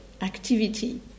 activity